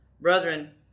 Brethren